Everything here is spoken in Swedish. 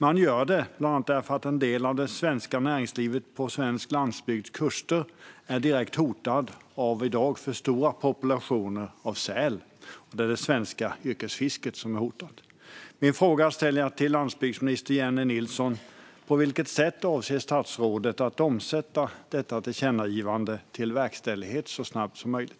Vi gör det bland annat därför att en del av det svenska näringslivet vid den svenska landsbygdens kuster är direkt hotad av i dag för stora populationer av säl. Det är det svenska yrkesfisket som är hotat. Jag ställer min fråga till landsbygdsminister Jennie Nilsson: På vilket sätt avser statsrådet att omsätta detta tillkännagivande i verkställighet så snabbt som möjligt?